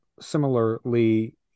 similarly